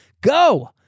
go